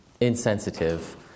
insensitive